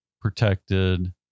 protected